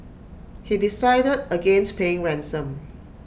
he decided against paying ransom